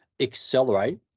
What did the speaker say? accelerate